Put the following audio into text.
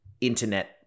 internet